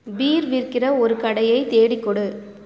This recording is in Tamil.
பீர் விற்கிற ஒரு கடையை தேடிக் கொடு